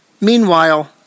Meanwhile